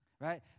right